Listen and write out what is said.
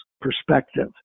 perspective